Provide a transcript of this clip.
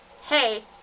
hey